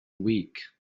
week